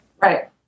Right